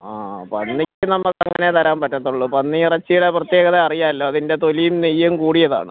ആ പന്നിക്ക് നമുക്ക് അങ്ങനെ തരാൻ പറ്റത്തുള്ളൂ പന്നി ഇറച്ചിയുടെ പ്രത്യേകത അറിയാമല്ലോ അതിൻ്റെ തൊലിയും നെയ്യും കൂടിയതാണ്